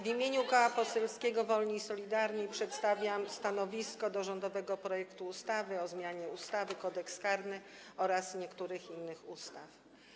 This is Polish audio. W imieniu Koła Poselskiego Wolni i Solidarni przedstawiam stanowisko wobec rządowego projektu ustawy o zmianie ustawy Kodeks karny oraz niektórych innych ustaw.